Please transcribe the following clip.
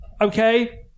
Okay